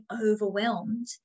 overwhelmed